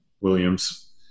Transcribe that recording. Williams